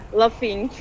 laughing